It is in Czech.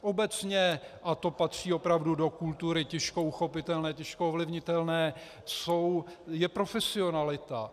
Obecně, a to patří opravdu do kultury těžko uchopitelné, těžko ovlivnitelné, je profesionalita.